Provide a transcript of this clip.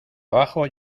abajo